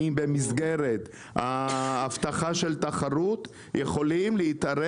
האם במסגרת ההבטחה של תחרות יכולים להתערב